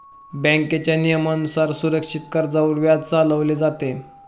बँकेच्या नियमानुसार सुरक्षित कर्जावर व्याज चालवले जाते